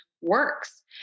works